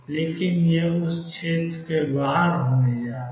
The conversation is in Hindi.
लेकिन यह उस क्षेत्र के बाहर होने जा रहा है